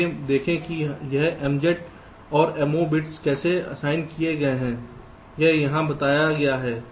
आइए देखें कि यह MZ और Mo बिट्स कैसे असाइन किया गया है यह यहां बताया गया है